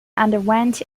underwent